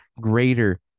greater